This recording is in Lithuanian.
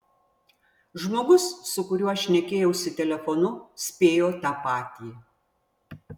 žmogus su kuriuo šnekėjausi telefonu spėjo tą patį